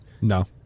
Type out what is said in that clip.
No